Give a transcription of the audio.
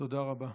תודה רבה.